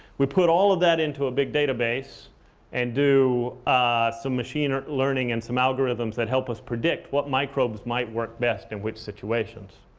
we put all of that into a big database and do some machine learning and some algorithms that help us predict what microbes might work best in which situations.